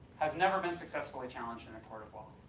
has never been successfully challenged in a court of law.